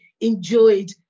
enjoyed